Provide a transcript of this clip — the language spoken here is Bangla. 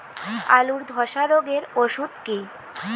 আলুর ধসা রোগের ওষুধ কি?